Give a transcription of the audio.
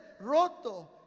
roto